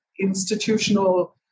institutional